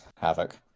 havoc